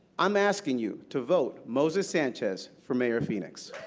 i'm asking you to vote moses sanchez for mayor of phoenix.